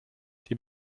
die